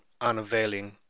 unavailing